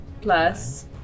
Plus